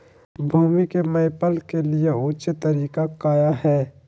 भूमि को मैपल के लिए ऊंचे तरीका काया है?